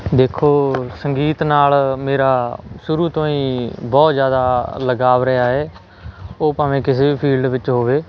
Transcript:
ਦੇਖੋ ਸੰਗੀਤ ਨਾਲ ਮੇਰਾ ਸ਼ੁਰੂ ਤੋਂ ਹੀ ਬਹੁਤ ਜ਼ਿਆਦਾ ਲਗਾਅ ਰਿਹਾ ਹੈ ਉਹ ਭਾਵੇਂ ਕਿਸੇ ਵੀ ਫੀਲਡ ਵਿੱਚ ਹੋਵੇ